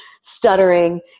stuttering